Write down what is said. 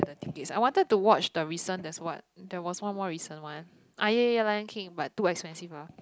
tickets I wanted to watch the recent that's what there was one more recent one ah ya ya ya Lion King but too expensive ah